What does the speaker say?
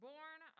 Born